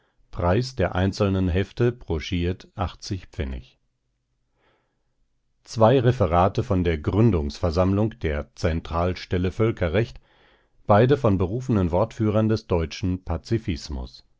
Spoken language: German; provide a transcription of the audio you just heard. preis der einzelnen hefte brosch zwei referate von der gründungsversammlung der zentralstelle völkerrecht beide von berufenen wortführern des deutschen pazifismus